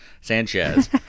Sanchez